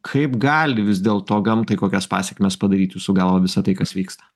kaip gali vis dėlto gamtai kokias pasekmes padaryt jūsų galva visa tai kas vyksta